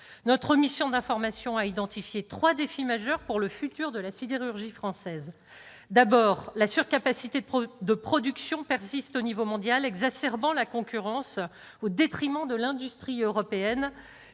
Notre mission d'information a identifié trois défis majeurs pour le futur de la sidérurgie française. Tout d'abord, la surcapacité de production persiste à l'échelon mondial, exacerbant la concurrence, au détriment de l'industrie européenne.